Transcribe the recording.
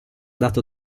dato